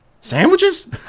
Sandwiches